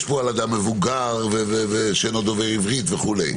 יש פה על אדם מבוגר ושאינו דובר עברית וכו'.